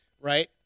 right